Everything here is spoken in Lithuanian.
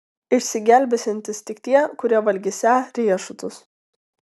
išsigelbėsiantys tik tie kurie valgysią riešutus